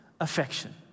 affection